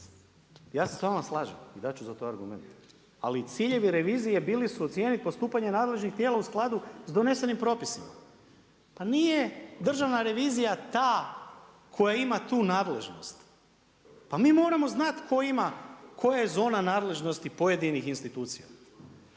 ja se s vama slažem, dati ću za to argumente, ali ciljevi revizije, bili su u cijeni postupanja nadležnih tijela u skladu s donesenim propisima. Pa nije Državna revizija ta koja ima tu nadležnost. Pa mi moramo znati tko ima, koja je zona nadležnosti pojedinih institucija.